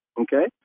okay